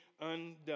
undone